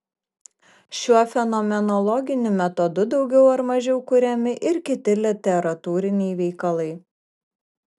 šiuo fenomenologiniu metodu daugiau ar mažiau kuriami ir kiti literatūriniai veikalai